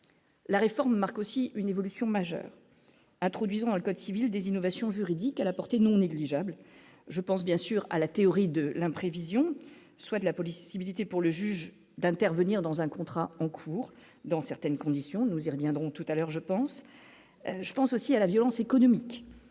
la réforme marque aussi une évolution majeure introduisant dans le code civil des innovations juridiques à la portée nous négligeables je pense bien sûr à la théorie de l'imprévision, soit de la police, possibilité pour le juge d'intervenir dans un contrat en cours dans certaines conditions, nous y reviendrons tout à l'heure, je pense, je pense aussi à la violence économique